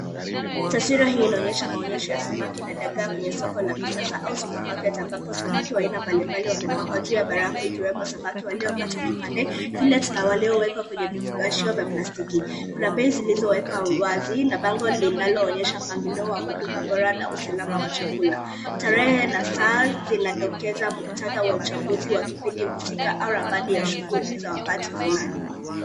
Taswira hii inaonyesha maonyesho ya samaki na dagaa kwenye soko la kisasa au supermarket ambapo samaki wa aina mbalimbali wamepangwa juu ya barafu wakiwemo samaki waliokatwa vipande, fillet na wale waliowekwa kwenye vifungashio vya plastiki. Kuna bei zilizowekwa wazi na bango linaloonyesha mpangilio wa huduma bora na usalama wa chakula. Tarehe na saa zinadokeza muktadha wa uchambuzi wa kipindi husika au ramani ya shughuli za wakati fulani.